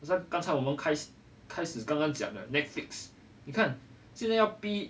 很像刚才我们开始开始刚刚讲的 netflix 你看今现在要逼